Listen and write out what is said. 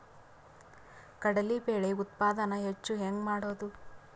ಕಡಲಿ ಬೇಳೆ ಉತ್ಪಾದನ ಹೆಚ್ಚು ಹೆಂಗ ಮಾಡೊದು?